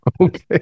Okay